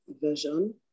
version